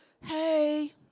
Hey